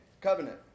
covenant